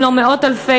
אם לא מאות אלפי,